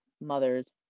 mother's